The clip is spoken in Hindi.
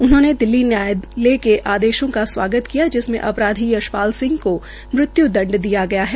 उन्होंने दिल्ली न्यायालय के आदेशों का स्वागत किया जिसमें अपराधी यशपाल सिंह को मृत्य् दंड दिया गया है